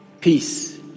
Peace